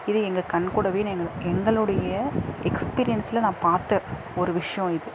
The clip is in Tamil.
இது எங்கள் கண் கூடவே நான் எங்கள் எங்களுடைய எக்ஸ்பீரியன்ஸில் நான் பார்த்த ஒரு விஷயம் இது